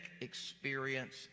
experience